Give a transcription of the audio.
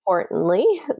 importantly